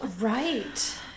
Right